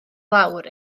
lawr